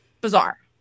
bizarre